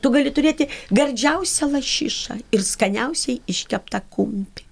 tu gali turėti gardžiausią lašišą ir skaniausiai iškeptą kumpį